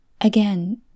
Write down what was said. Again